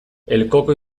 elkoko